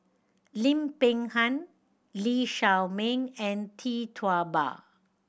Lim Peng Han Lee Shao Meng and Tee Tua Ba